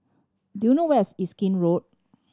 do you know where is Erskine Road